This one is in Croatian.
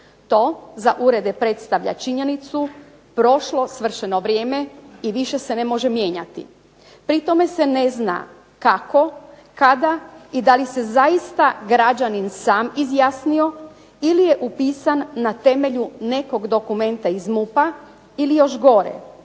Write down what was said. To za urede predstavlja činjenicu, prošlo svršeno vrijeme i više se ne može mijenjati. Pri tome se ne zna kako, kada i da li se zaista građanin sam izjasnio ili je upisan na temelju nekog dokumenta iz MUP-a ili još gore,